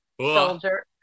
soldier